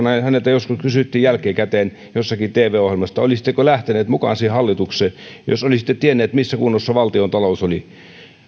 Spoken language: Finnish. häneltä joskus kysyttiin jälkikäteen jossakin tv ohjelmassa että olisitteko lähtenyt mukaan siihen hallitukseen jos olisitte tiennyt missä kunnossa valtiontalous oli